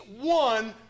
one